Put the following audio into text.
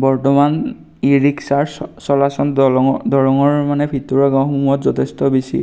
বৰ্তমান ই ৰিক্সাৰ চ চলাচল দৰঙৰ মানে ভিতৰুৱা গাওঁসমূহত যথেষ্ট বেছি